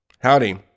Howdy